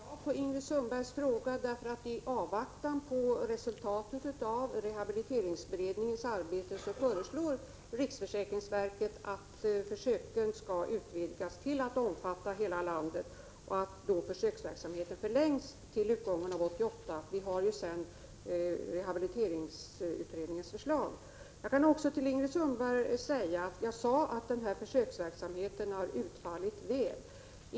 Herr talman! Jag kan svara ja på Ingrid Sundbergs fråga, eftersom riksförsäkringsverket i avvaktan på resultatet av rehabiliteringsutredningens arbete föreslår att försöken skall utvidgas till att omfatta hela landet med en tidsförlängning till utgången av år 1988. Sedan kommer ju rehabiliteringsutredningens förslag. Jag sade till Ingrid Sundberg att försöksverksamheten har utfallit väl.